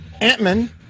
Ant-Man